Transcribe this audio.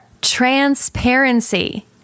Transparency